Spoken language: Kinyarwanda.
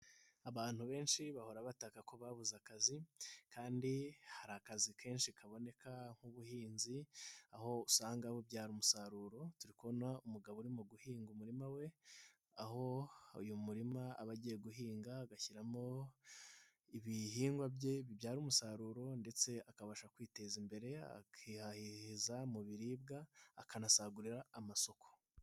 Abantu benshi bahora bataka ko babuze akazi kandi hari akazi kenshi kaboneka, nk'ubuhinzi aho usanga bubyara umusaruro, turikubona umugabo uri mu guhinga umurima we, aho uyu murima aba agiye guhinga agashyiramo ibihingwa bye bibyara umusaruro ndetse akabasha kwiteza imbere, akihaza mu biribwa, akanasagurira amasoko.